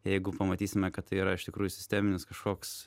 jeigu pamatysime kad tai yra iš tikrųjų sisteminis kažkoks